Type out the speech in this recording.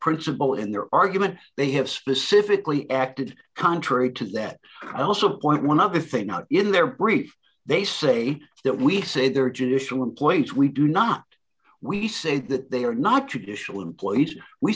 principle in their argument they have specifically acted contrary to that also point one other thing not in their brief they say that we say there are judicial in place we do not we say that they are not traditional employees we